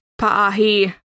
Pa'ahi